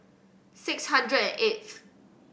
six hundred and eighth